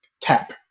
tap